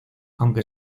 aunque